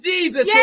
Jesus